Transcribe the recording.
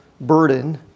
burden